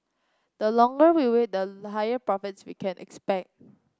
the longer we wait the higher profits we can expect